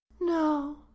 No